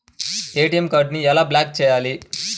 ATM కార్డుని ఎలా block చేయాలి?